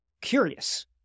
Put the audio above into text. curious